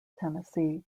tennessee